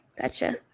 gotcha